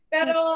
Pero